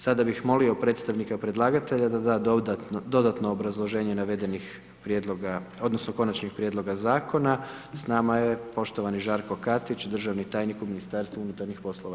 Sada bih molio predstavnika predlagatelja da da dodatno obrazloženje navedenih prijedloga odnosno Konačnih prijedloga Zakona, s nama je poštovani Žarko Katić, državni tajnik u Ministarstvu unutarnjih poslova.